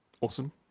awesome